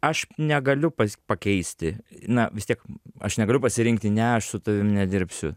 aš negaliu pakeisti na vis tiek aš negaliu pasirinkti ne aš su tavim nedirbsiu